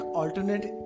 alternate